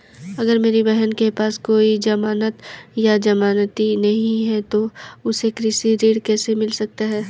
अगर मेरी बहन के पास कोई जमानत या जमानती नहीं है तो उसे कृषि ऋण कैसे मिल सकता है?